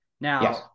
Now